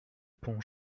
pont